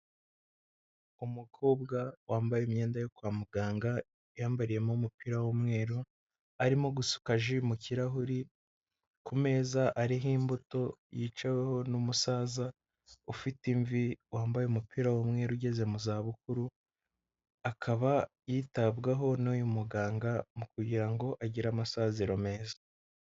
Umukobwa wambaye imyenda yo kwa muganga yambariyemo umupira w'umweru, arimo gusuka ji mu kirahuri ku meza ariho imbuto yicaweho n'umusaza ufite imvi wambaye umupira w'umweru ugeze mu za bukuru, akaba yitabwaho n'uyu muganga mu kugira ngo agire amasaziro meza.